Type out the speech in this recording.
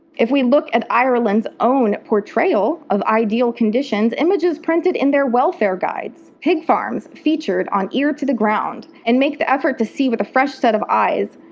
if we look at ireland's own portrayal of ideal conditions, images printed in welfare guides, pig farms featured on ear to the ground, and make the effort to see with a fresh set of eyes,